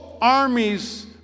armies